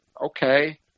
Okay